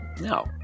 No